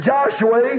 Joshua